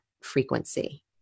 frequency